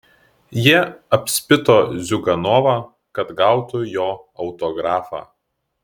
jie apspito ziuganovą kad gautų jo autografą